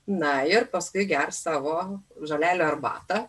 na ir paskui gers savo žolelių arbatą